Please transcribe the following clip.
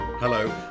Hello